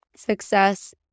Success